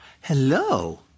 Hello